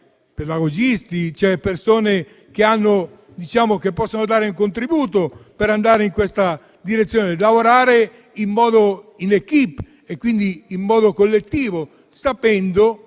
pedagogisti, cioè persone che possono dare un contributo per andare in questa direzione, lavorare in *équipe* e, quindi, in modo collettivo, sapendo